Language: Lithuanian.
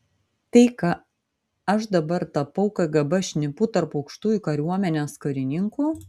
tai ką aš dabar tapau kgb šnipu tarp aukštųjų kariuomenės karininkų